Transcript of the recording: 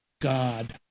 God